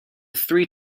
three